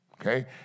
Okay